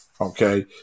Okay